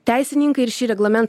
teisininkai ir šį reglament